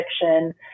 fiction